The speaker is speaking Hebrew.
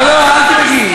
לא, המביא דברים